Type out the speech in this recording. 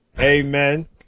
Amen